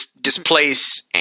displace